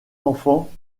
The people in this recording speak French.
enfants